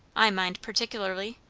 i mind partic'lerly.